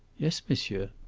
yes, monsieur.